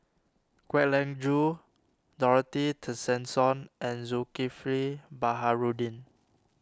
Kwek Leng Joo Dorothy Tessensohn and Zulkifli Baharudin